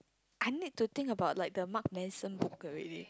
I need to think about like the Marc Mason book already